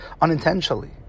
unintentionally